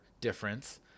difference